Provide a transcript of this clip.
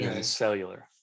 cellular